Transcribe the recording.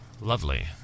Lovely